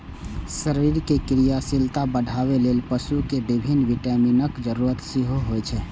शरीरक क्रियाशीलता बढ़ाबै लेल पशु कें विभिन्न विटामिनक जरूरत सेहो होइ छै